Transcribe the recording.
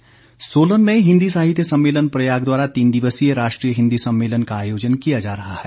सम्मेलन सोलन में हिंदी साहित्य सम्मेलन प्रयाग द्वारा तीन दिवसीय राष्ट्रीय हिंदी सम्मेलन का आयोजन किया जा रहा है